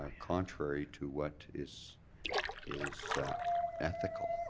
ah contrary to what is is ethical.